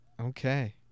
okay